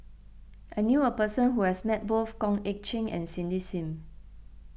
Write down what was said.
I knew a person who has met both Goh Eck Kheng and Cindy Sim